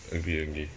agree agree